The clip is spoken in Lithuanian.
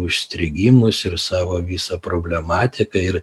užstrigimus ir savo visą problematiką ir